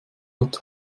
hat